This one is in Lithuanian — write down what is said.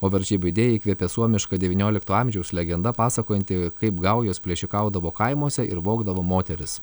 o varžybų idėją įkvėpė suomiška devynioliktojo amžiaus legenda pasakojanti kaip gaujos plėšikaudavo kaimuose ir vogdavo moteris